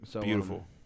Beautiful